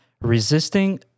Resisting